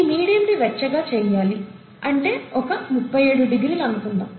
ఈ మీడియంని వెచ్చగా చేయాలి అంటే ఒక 37 డిగ్రీలు అనుకుందాం